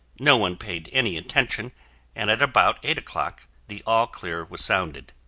no one paid any attention and at about eight o'clock, the all-clear was sounded.